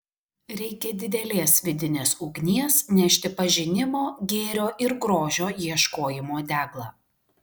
reikia didelės vidinės ugnies nešti pažinimo gėrio ir grožio ieškojimo deglą